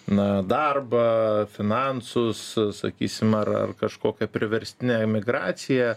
na darbą finansus sakysim ar ar kažkokią priverstinę emigraciją